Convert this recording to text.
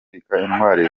intwari